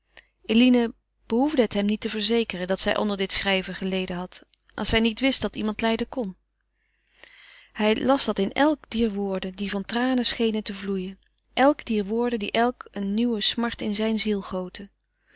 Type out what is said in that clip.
eline behoefde het hem niet te verzekeren dat zij onder dit schrijven geleden had als zij niet wist dat iemand lijden kon hij las dat in elk dier woorden die van tranen schenen te vloeien elk dier woorden die elk een nieuwe smart in zijn ziel goten